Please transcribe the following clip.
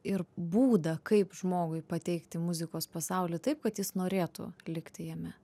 ir būdą kaip žmogui pateikti muzikos pasaulį taip kad jis norėtų likti jame